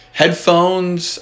headphones